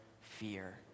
fear